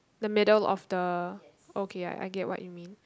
the middle of the okay I get what you mean